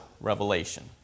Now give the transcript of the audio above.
revelation